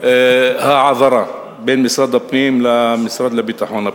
ההעברה ממשרד הפנים למשרד לביטחון הפנים.